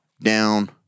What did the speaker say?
down